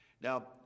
Now